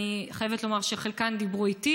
אני חייבת לומר שחלקן דיברו איתי.